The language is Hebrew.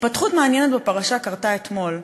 התפתחות מעניינת בפרשה קרתה אתמול,